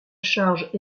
charge